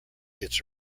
its